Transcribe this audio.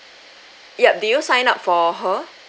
yup did you sign up for her